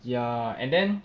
ya and then